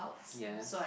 yes